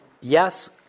yes